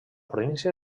província